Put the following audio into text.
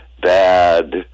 bad